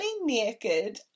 naked